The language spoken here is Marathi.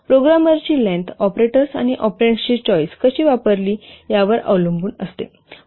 प्रोग्रामरची लेन्थ ऑपरेटर्स आणि ऑपरेंड्सची चॉईस कशी वापरली यावर अवलंबून असते